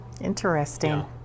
Interesting